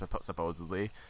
supposedly